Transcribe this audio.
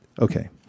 Okay